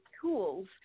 tools